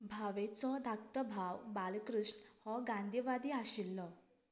भावेचो धाकतो भाव बालकृष्ण हो गांधीवादी आशिल्लो